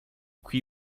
qui